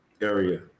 area